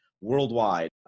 worldwide